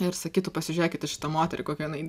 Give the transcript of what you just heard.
ir sakytų pasižiūrėkit į šitą moterį kokia jinai